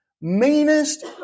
meanest